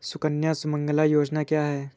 सुकन्या सुमंगला योजना क्या है?